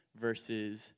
versus